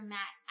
Matt